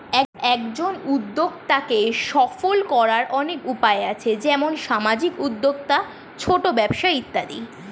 একজন উদ্যোক্তাকে সফল করার অনেক উপায় আছে, যেমন সামাজিক উদ্যোক্তা, ছোট ব্যবসা ইত্যাদি